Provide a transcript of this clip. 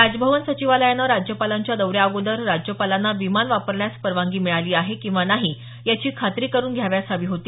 राजभवन सचिवालयानं राज्यपालांच्या दौऱ्याअगोदर राज्यपालांना विमान वापरण्यास परवानगी मिळाली आहे किंवा नाही याची खात्री करून घ्यावयास हवी होती